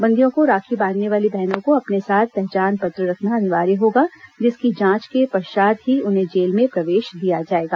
बंदियों को राखी बांधने वाली बहनों को अपने साथ पहचान पत्र रखना अनिवार्य होगा जिसकी जांच के पश्चात ही उन्हें जेल में प्रवेश दिया जाएगा